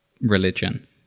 religion